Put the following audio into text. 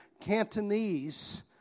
Cantonese